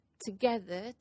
together